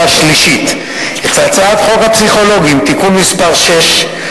שלישית את הצעת חוק הפסיכולוגים (תיקון מס' 6),